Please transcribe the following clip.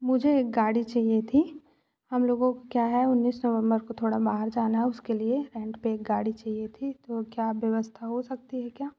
मुझे एक गाड़ी चाहिए थी हम लोगों को क्या है उन्नीस नवंबर को थोड़ा बाहर जाना है उसके लिए रेंट पर गाड़ी चाहिए थी तो क्या व्यवस्था हो सकती है क्या